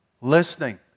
Listening